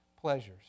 pleasures